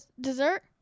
dessert